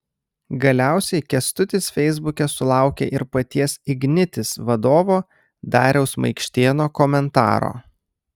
galiausiai kęstutis feisbuke sulaukė ir paties ignitis vadovo dariaus maikštėno komentaro